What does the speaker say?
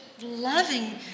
loving